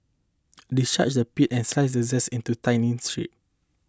discharge the pith and slice the zest into thinning strip